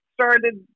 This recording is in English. started